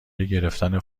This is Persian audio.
گرفتن